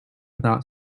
without